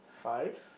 five